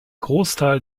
großteil